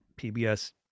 PBS